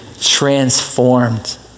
transformed